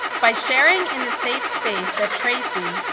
by sharing in the safe space that tracy,